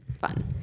fun